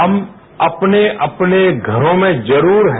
हम अपने अपने घरों में जरूर हैं